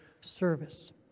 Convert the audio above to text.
service